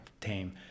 tame